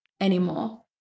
anymore